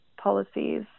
policies